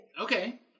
Okay